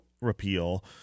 repeal